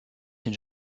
une